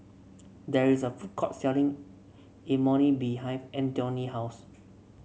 there is a food court selling Imoni behind Antione house